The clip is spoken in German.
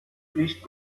nicht